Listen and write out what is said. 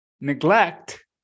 neglect